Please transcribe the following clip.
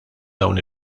dawn